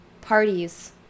Parties